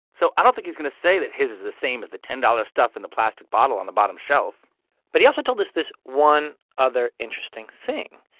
so i don't think he's going to say that his is the same as the ten dollars stuff in the plastic bottle on the bottom shelf but he also told us this one other interesting thing.